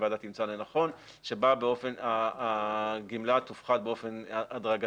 שהוועדה תמצא לנכון שבה הגמלה תופחת באופן הדרגתי.